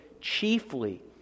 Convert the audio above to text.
chiefly